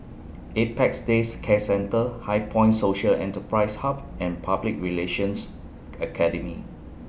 Apex Day Care Centre HighPoint Social Enterprise Hub and Public Relations Academy